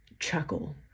chuckle